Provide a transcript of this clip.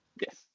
Yes